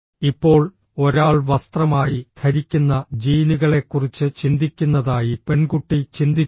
ഇപ്പോൾ ഒരാൾ വസ്ത്രമായി ധരിക്കുന്ന ജീനുകളെക്കുറിച്ച് ചിന്തിക്കുന്നതായി പെൺകുട്ടി ചിന്തിച്ചു